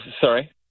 Sorry